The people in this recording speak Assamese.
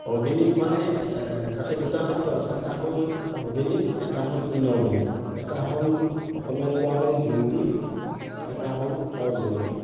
অৰ্গেনিক মানে তাতে দুটা শব্দ আছে এটা হ'ল অৰ্গেনিক এটা হ'ল ইনঅৰ্গেনিক এটা হ'ল অসমীয়াত কোৱা হয় জৈৱিক এটা হ'ল অজৈৱিক